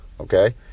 Okay